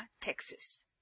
Texas